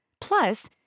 Plus